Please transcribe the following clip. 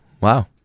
wow